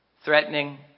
Threatening